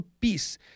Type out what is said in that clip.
peace